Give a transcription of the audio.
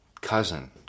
cousin